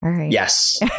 Yes